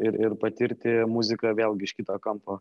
ir ir patirti muziką vėlgi iš kito kampo